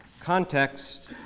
context